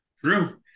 true